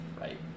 Right